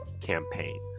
campaign